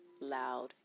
loud